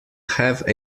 have